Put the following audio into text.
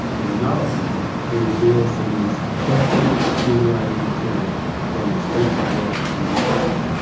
in another letter he reveals that he is carefully accumulating material for an extensive work on new holland.